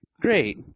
Great